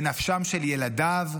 בנפשם של ילדיו,